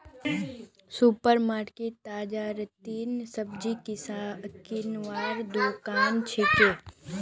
super market ताजातरीन सब्जी किनवार दुकान हछेक